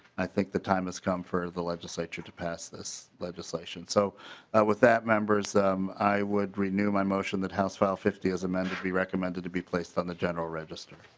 i think the time has come for the legislature to pass this legislation. so with that members i would renew my motion house file fifty as amended be recommended to be placed on the general register.